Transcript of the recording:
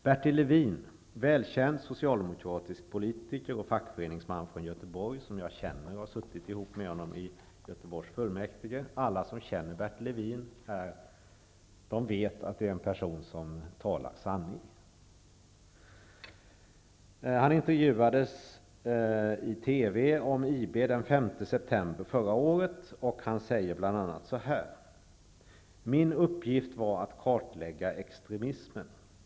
Bertil Lewin är en välkänd socialdemokratisk politiker och fackföreningsman från Göteborg som jag känner. Jag har suttit tillsammans med honom i Göteborgs kommunfullmäktige. Alla som känner honom vet att han är en person som talar sanning. Han intervjuades i TV om IB den 5 september förra året. Han sade bl.a.: ''Min uppgift var att kartlägga extremismen.